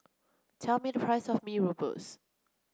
tell me the price of Mee Rebus